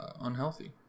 unhealthy